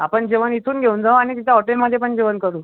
आपण जेवण इथून घेऊन जाऊ आणि तिथे हॉटलमध्ये पण जेवण करू